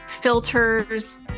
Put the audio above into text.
filters